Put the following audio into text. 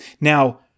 Now